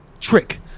trick